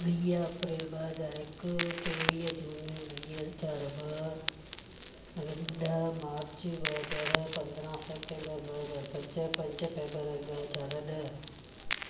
वीह अप्रैल ॿ हज़ार हिकु टेवीह जून वीह हज़ार ॿ ॾह मार्च ॿ हज़ार पंदरहां सेप्टेम्बर ॿ हज़ार पंज पंज फेबररी ॿ हज़ार ॾह